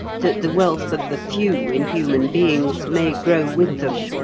that the wealth of the few in human beings may grow with them.